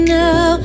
now